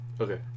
Okay